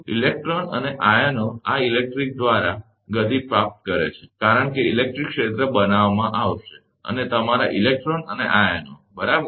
electron અને આયનો આ ઇલેક્ટ્રિક દ્વારા ગતિ પ્રાપ્ત કરે છે કારણ કે ઇલેક્ટ્રિક ક્ષેત્ર બનાવવામાં આવશે અને તમારા ઇલેક્ટ્રોન અને આયનો બરાબર